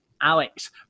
Alex